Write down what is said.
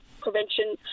prevention